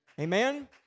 Amen